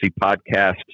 podcast